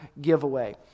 giveaway